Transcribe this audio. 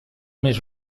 més